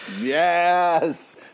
Yes